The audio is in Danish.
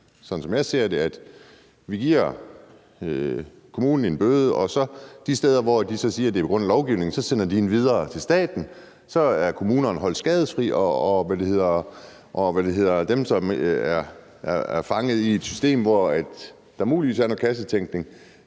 jo, som jeg ser det, være, at vi giver kommunen en bøde, og i de tilfælde, hvor de siger, at det er på grund af lovgivningen, sender de den videre til staten. Så er kommunerne holdt skadesfri, og dem, som er fanget i et system, hvor der muligvis er tale om kassetænkning,